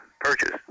purchase